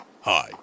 Hi